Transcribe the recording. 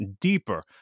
deeper